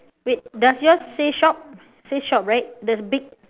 wait does your's say shop say shop right does big